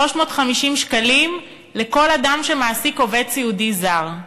350 שקלים, לכל אדם שמעסיק עובד סיעודי זר.